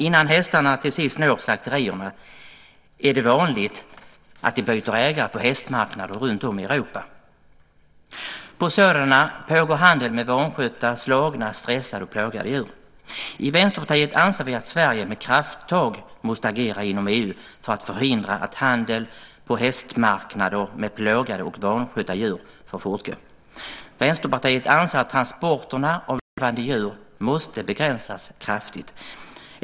Innan hästarna till sist når slakterierna är det vanligt att de byter ägare på hästmarknader runtom i Europa. På sådana pågår handel med vanskötta, slagna, stressade och plågade djur. I Vänsterpartiet anser vi att Sverige med krafttag måste agera inom EU för att förhindra att handel på hästmarknader med plågade och vanskötta djur får fortgå. Vänsterpartiet anser att transporterna av levande djur måste begränsas kraftigt.